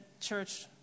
church